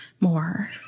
more